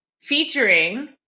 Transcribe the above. featuring